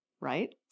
Right